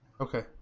Okay